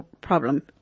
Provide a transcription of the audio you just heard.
problem